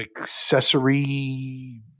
accessory